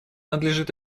надлежит